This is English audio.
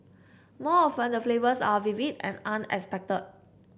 more often the flavours are vivid and unexpected